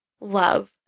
love